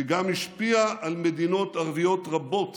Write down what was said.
וגם השפיעה על מדינות ערביות רבות